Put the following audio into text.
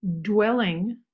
dwelling